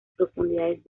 profundidades